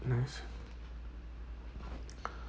nice